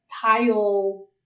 tile